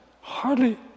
hardly